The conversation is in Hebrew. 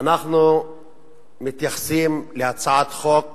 אנחנו מתייחסים להצעת חוק